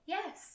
Yes